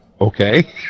okay